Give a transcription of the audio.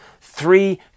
three